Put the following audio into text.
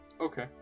Okay